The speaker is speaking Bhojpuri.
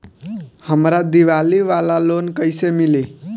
हमरा दीवाली वाला लोन कईसे मिली?